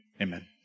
Amen